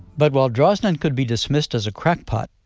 but while drosnin could be dismissed as a crackpot,